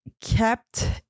kept